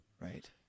Right